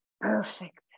perfect